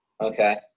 Okay